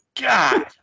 God